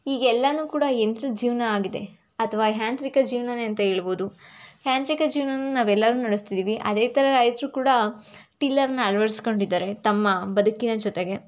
ಈಗೆಲ್ಲನೂ ಕೂಡ ಯಂತ್ರದ ಜೀವನ ಆಗಿದೆ ಅಥವಾ ಯಾಂತ್ರಿಕ ಜೀವನನೆ ಅಂತ ಹೇಳ್ಬೋದು ಯಾಂತ್ರಿಕ ಜೀವ್ನನ್ನ ನಾವೆಲ್ಲರೂ ನಡೆಸ್ತಿದೀವಿ ಅದೇ ಥರ ರೈತರೂ ಕೂಡ ಟಿಲ್ಲರ್ನ ಅಳ್ವಡ್ಸ್ಕೊಂಡಿದಾರೆ ತಮ್ಮ ಬದುಕಿನ ಜೊತೆಗೆ